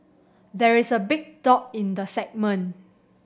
there is a big dog in the segment